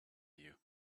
you